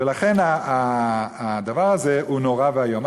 ולכן הדבר הזה הוא נורא ואיום.